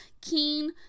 keen